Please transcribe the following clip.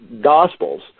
Gospels